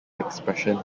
expression